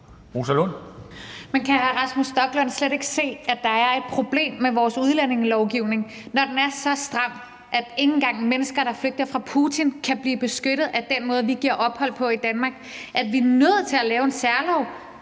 Men kan hr. Rasmus Stoklund slet ikke se, at der er et problem med vores udlændingelovgivning, når den er så stram, at ikke engang mennesker, der flygter fra Putin, kan blive beskyttet af den måde, vi giver ophold på i Danmark, at vi er nødt til at lave en særlov